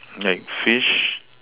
like fish